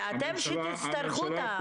ואתם שתצטרכו אותם.